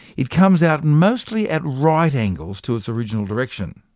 it comes out and mostly at right angles to its original direction.